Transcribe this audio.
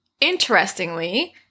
Interestingly